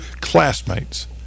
classmates